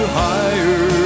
higher